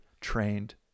trained